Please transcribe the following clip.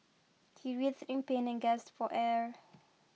he writhed in pain and gasped for air